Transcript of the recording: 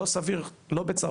זה לא סביר, לא בצרפת,